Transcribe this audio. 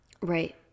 Right